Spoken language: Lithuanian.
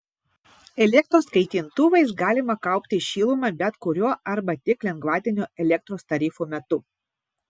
elektros kaitintuvais galima kaupti šilumą bet kuriuo arba tik lengvatinio elektros tarifo metu